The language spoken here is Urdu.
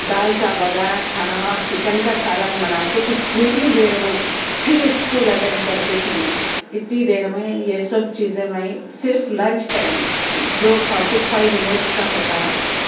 دال چاول وغیرہ کھانا اور چکن کا سالن بنا کے اتنے ہی دیر میں پھر اسکول اٹین کرتی تھی میں اتنی دیر میں یہ سب چیزیں میں صرف لنچ ٹائم میں جو فورٹی فائیو منٹس کا ہوتا ہے